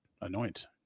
anoint